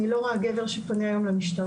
אני לא רואה גבר שפונה היום למשטרה.